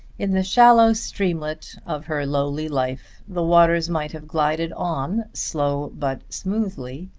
in the shallow streamlet of her lowly life the waters might have glided on, slow but smoothly,